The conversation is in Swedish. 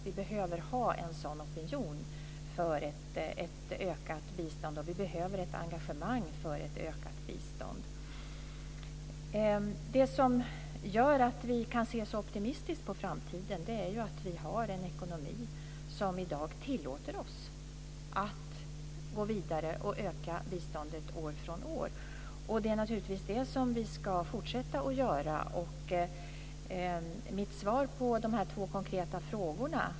Vi behöver ha en sådan opinion för ett ökat bistånd, och vi behöver ett engagemang för ett ökat bistånd. Det som gör att vi kan se så optimistiskt på framtiden är ju att vi har en ekonomi som i dag tillåter oss att gå vidare och öka biståndet år från år. Det är naturligtvis det vi ska fortsätta göra. Jag har svar på de två konkreta frågorna.